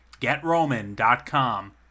GetRoman.com